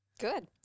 Good